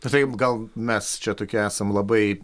taip gal mes čia tokie esam labai